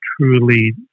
truly